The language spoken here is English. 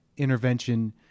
intervention